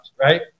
right